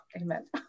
Amen